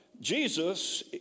Jesus